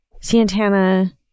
Santana